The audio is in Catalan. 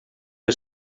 que